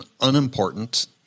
unimportant